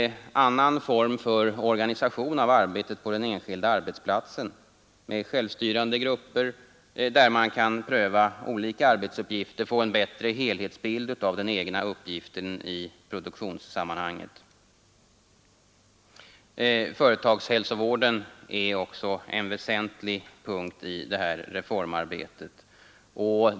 En annan form för organisation av arbetet på den enskilda arbetsplatsen är självstyrande grupper, där man kan pröva olika arbetsuppgifter för att få en bättre helhetsbild av den egna uppgiften i produktionssammanhanget. Företagshälsovården är också en väsentlig punkt i reformarbetet.